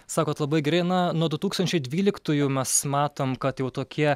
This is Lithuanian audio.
sakot labai gerai na nuo du tūkstančiai dvyliktųjų mes matom kad jau tokie